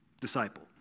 disciple